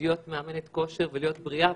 להיות מאמנת כושר ולהיות בריאה,